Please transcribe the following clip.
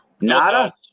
Nada